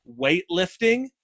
weightlifting